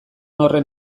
horren